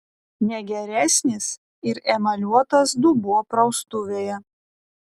ne geresnis ir emaliuotas dubuo praustuvėje